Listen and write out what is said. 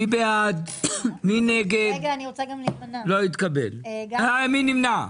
אני רוצה לעבור אתכם כדי לראות גם נמצאים